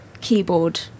keyboard